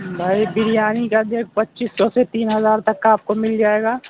بھائی بریانی کا ریٹ پچیس سو سے تین ہزار تک کا آپ کو مل جائے گا